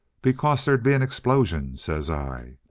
because there'd be an explosion says i.